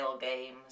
games